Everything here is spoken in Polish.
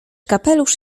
kapelusz